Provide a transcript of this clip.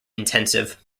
intensive